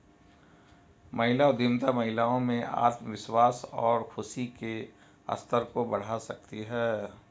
महिला उद्यमिता महिलाओं में आत्मविश्वास और खुशी के स्तर को बढ़ा सकती है